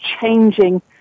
changing